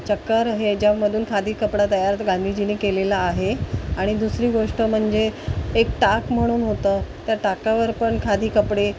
चक्र हे ज्यामधून खादी कपडा तयार गांधीजीने केलेला आहे आणि दुसरी गोष्ट म्हणजे एक टाक म्हणून होतं त्या टाकावर पण खादी कपडे